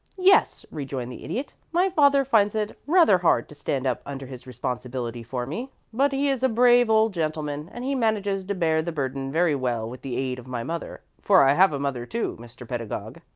yes, rejoined the idiot my father finds it rather hard to stand up under his responsibility for me but he is a brave old gentleman, and he manages to bear the burden very well with the aid of my mother for i have a mother, too, mr. pedagog.